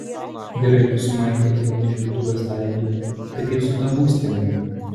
gerai su maiklu eidama iš virtuvės tarė di tai kaip su ta būstine